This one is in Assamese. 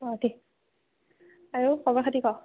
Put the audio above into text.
অঁ দে আৰু খবৰ খাতি ক